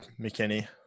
McKinney